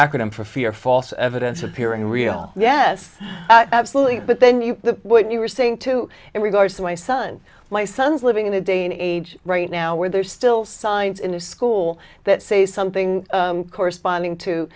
acronym for fear false evidence appearing real yes absolutely but then you what you were saying to in regards to my son my son's living in the day and age right now where there's still signs in the school that say something corresponding to